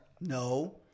No